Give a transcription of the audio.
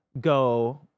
go